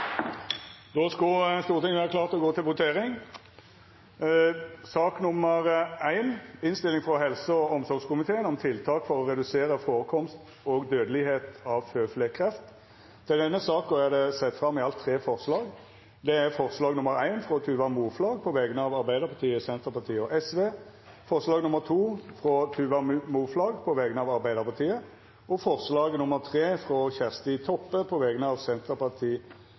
Då er Stortinget klar til å gå til votering. Under debatten er det sett fram i alt tre forslag. Det er forslag nr. 1, frå Tuva Moflag på vegner av Arbeidarpartiet, Senterpartiet og Sosialistisk Venstreparti forslag nr. 2, frå Tuva Moflag på vegner av Arbeidarpartiet forslag nr. 3, frå Kjersti Toppe på vegner av